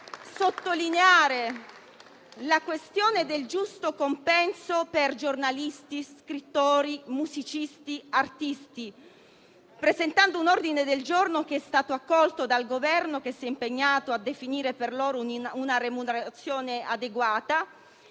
quindi sottolineare la questione del giusto compenso per giornalisti, scrittori, musicisti e artisti, presentando un ordine del giorno che è stato accolto dal Governo, che si è impegnato a definire per loro una remunerazione adeguata.